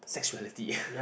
sexuality